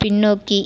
பின்னோக்கி